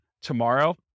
tomorrow